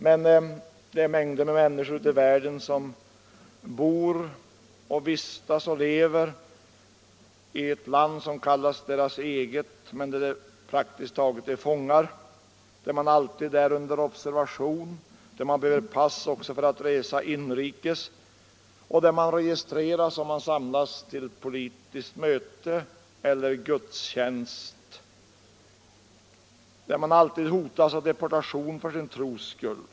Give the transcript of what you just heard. Men mängder av 28 maj 1975 människor i världen lever i ett land som kallas deras eget men där de 2 sabrskpaper stan LA re praktiskt taget är fångar, där de alltid är under observation, där de behöver Svenska initiativ på pass för att resa inrikes, där de registreras om de samlas till ett politiskt de mänskliga möte eller en gudstjänst och där de alltid hotas av deportation för sin rättigheternas tros skull.